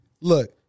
look